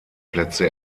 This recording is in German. plätze